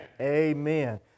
Amen